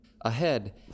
Ahead